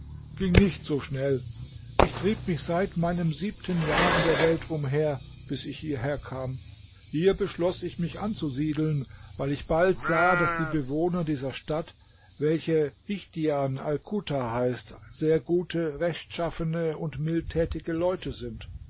ging nicht so schnell ich trieb mich seit meinem siebten jahr in der welt umher bis ich hierher kam hier beschloß ich mich anzusiedeln weil ich bald sah daß die bewohner dieser stadt welche ichtian alchuta heißt sehr gute rechtschaffene und mildtätige leute sind